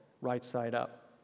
right-side-up